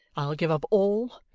i'll give up all,